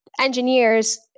engineers